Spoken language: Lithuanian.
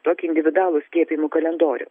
tokį individualų skiepijimų kalendorių